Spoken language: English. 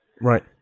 Right